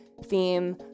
theme